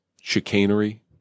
chicanery